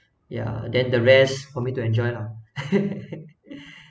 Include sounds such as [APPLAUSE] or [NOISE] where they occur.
yeah then the rest for me to enjoy lah [LAUGHS]